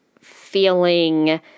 feeling